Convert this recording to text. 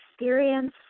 experience